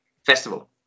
Festival